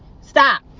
Stop